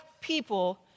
people